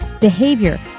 behavior